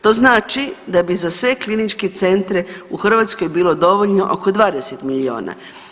To znači da bi za sve kliničke centre u Hrvatskoj bilo dovoljno oko 20 miliona.